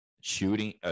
shooting